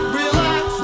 relax